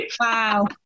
Wow